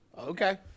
Okay